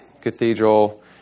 cathedral